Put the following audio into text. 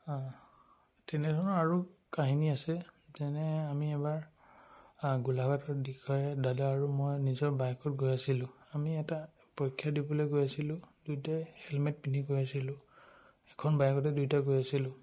তেনেধৰণৰ আৰু কাহিনী আছে যেনে আমি এবাৰ গোলাঘাটৰ দিশে দাদা আৰু মই নিজৰ বাইকত গৈ আছিলোঁ আমি এটা পৰীক্ষা দিবলৈ গৈ আছিলোঁ দুয়োটাই হেলমেট পিন্ধি গৈ আছিলোঁ এখন বাইকতে দুয়োটা গৈ আছিলোঁ